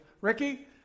Ricky